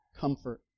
comfort